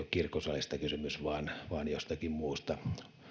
kirkkosaleista kysymys vaan vaan jostakin muusta